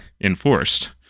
enforced